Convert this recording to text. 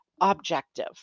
objective